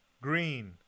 Green